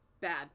Bad